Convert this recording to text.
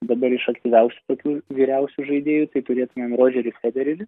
dabar iš aktyviausių tokių vyriausių žaidėjų tai turėtumėm rodžerį federelį